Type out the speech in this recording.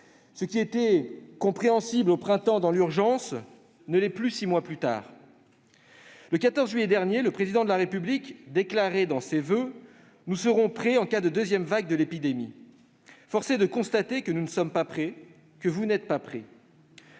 Ce qui était compréhensible au printemps, dans l'urgence, ne l'est plus six mois plus tard. Le 14 juillet dernier, le Président de la République déclarait lors de son interview :« Nous serons prêts en cas de deuxième vague de l'épidémie. » Force est de constater que nous ne sommes pas prêts, que vous n'êtes pas prêts.